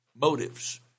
motives